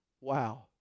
Wow